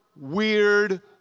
weird